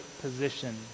position